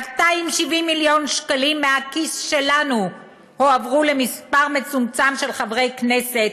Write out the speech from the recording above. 270 מיליון שקלים מהכיס שלנו הועברו למספר מצומצם של חברי כנסת,